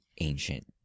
ancient